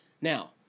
Now